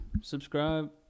Subscribe